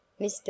Mr